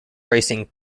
racing